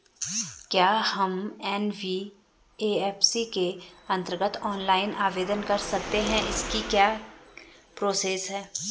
क्या हम एन.बी.एफ.सी के अन्तर्गत ऑनलाइन आवेदन कर सकते हैं इसकी क्या प्रोसेस है?